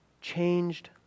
changed